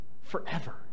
forever